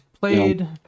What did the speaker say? played